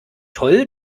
toll